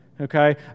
okay